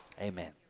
Amen